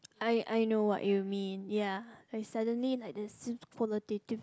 I I know what you mean ya I suddenly had this qualitative